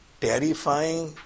Terrifying